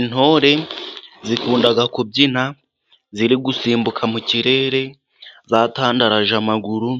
Intore zikunda kubyina ziri gusimbuka mu kirere, zatandaraje amaguru,